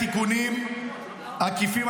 תיקונים עקיפים,